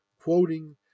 quoting